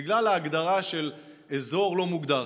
בגלל ההגדרה של אזור לא מוגדר